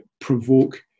provoke